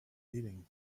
meeting